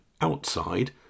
outside